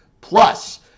Plus